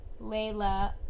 Layla